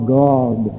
god